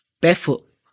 barefoot